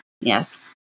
yes